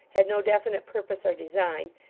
had no definite purpose or design,